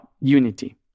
unity